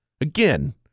again